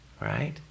right